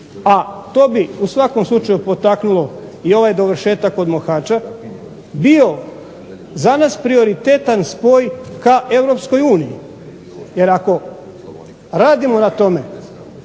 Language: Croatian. a to bi u svakom slučaju potaknulo i ovaj dovršetak od Mohaća bio za nas prioritetan spoj ka EU. Jer ako radimo na tome,